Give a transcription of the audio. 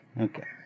Okay